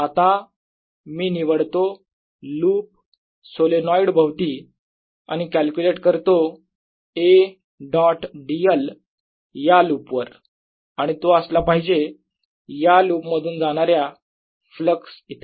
आता मी निवडतो लूप सोलेनोईड भवती आणि कॅल्क्युलेट करतो A डॉट dl या लूपवर आणि तो असला पाहिजे या लूप मधून जाणाऱ्या फ्लक्स इतका